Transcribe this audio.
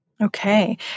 Okay